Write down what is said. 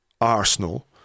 Arsenal